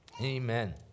Amen